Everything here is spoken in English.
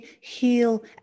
heal